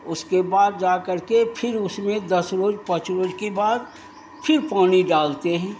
उसके बाद जा करके फिर उसमें दस रोज पाँच रोज के बाद फिर पानी डालते हैं